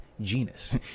genus